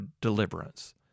deliverance